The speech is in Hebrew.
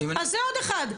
אז זה עוד אחד,